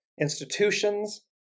institutions